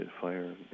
fire